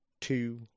two